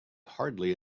hardly